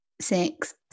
six